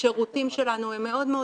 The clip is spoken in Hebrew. השירותים שלנו הם מאוד מאוד